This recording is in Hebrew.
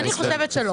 אני חושבת שלא.